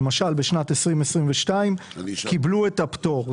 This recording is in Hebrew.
למשל בשנת 2022 קיבלו את הפטור.